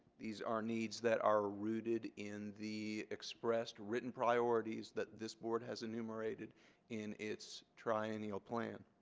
these are needs that are rooted in the expressed written priorities that this board has enumerated in its triennial plan.